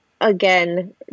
again